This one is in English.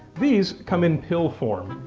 these come in pill form.